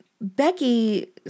Becky